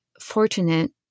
fortunate